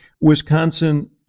Wisconsin